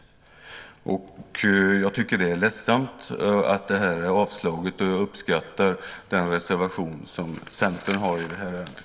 Jag tycker att det är ledsamt att motionen är avstyrkt och uppskattar den reservation som Centern har i det här ärendet.